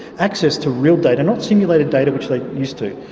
access to real data, not simulated data which they used to.